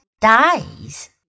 dies